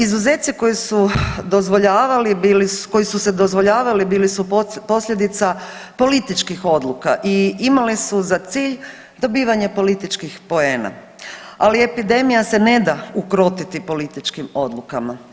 Izuzeci koji su dozvoljavali bili su, koji su se dozvoljavali, bili su posljedica političkih odluka i imale su za cilj dobivanje političkih poena, ali je epidemija se ne da ukrotiti političkim odlukama.